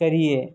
کریے